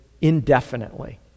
indefinitely